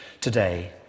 today